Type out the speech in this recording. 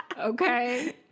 Okay